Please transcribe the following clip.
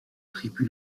tribu